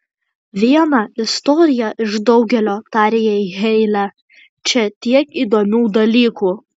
viena istorija iš daugelio tarė jai heile čia tiek įdomių dalykų